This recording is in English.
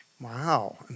Wow